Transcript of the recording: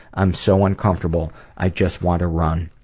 i'm so uncomfortable, i just want to run.